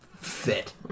fit